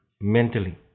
mentally